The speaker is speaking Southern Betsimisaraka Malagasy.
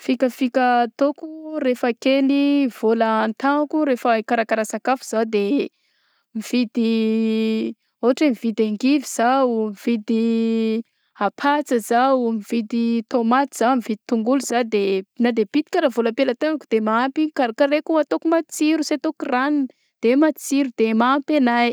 Fikafika ataoko rehefa kely vola an-tagnako rehefa ikarakara sakafo zaho de mividy; ôhatra hoe mividy angivy zaho, mividy patsa zaho, mividy tômaty zaho mividy tongolo zah de na de bitika aza ny vola ampelantagnako de mahampy karakaraiko ataoko matsiro sy ataoko ranony de matsiro de mahampy anay.